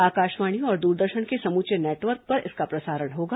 आकाशवाणी और द्रदर्शन के समूचे नटवर्क पर इसका प्रसारण होगा